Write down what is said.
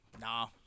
Nah